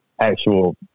actual